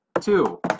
two